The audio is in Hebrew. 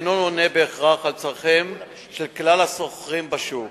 שאינו עונה בהכרח על צורכיהם של כלל השוכרים בשוק.